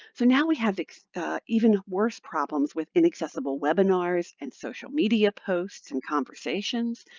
so now we have even worse problems with inaccessible webinars and social media posts and conversations.